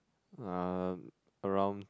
um around